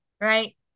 right